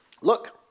look